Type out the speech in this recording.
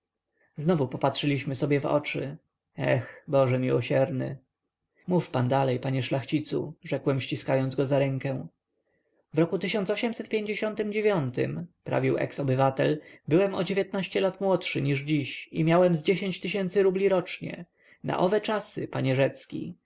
znowu popatrzyliśmy sobie w oczy eh boże miłosierny mów pan dalej panie szlachcicu rzekłem ściskając go za rękę w roku prawił eks-obywatel byłem o dziewiętnaście lat młodszy niż dziś i miałem z dziesięć tysięcy rubli rocznie na owe czasy panie rzecki